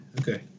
Okay